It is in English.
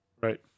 Right